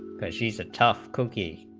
she's a tough cookie,